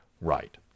right